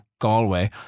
Galway